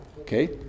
Okay